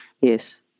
yes